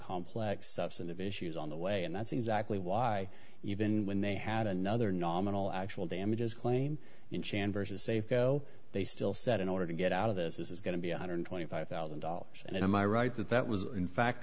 complex substantive issues on the way and that's exactly why even when they had another nominal actual damages claim in chan vs safeco they still said in order to get out of this is going to be one hundred and twenty five thousand dollars and am i right that that was in fact